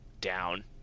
down